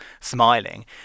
smiling